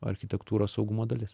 architektūros saugumo dalis